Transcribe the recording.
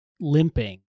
limping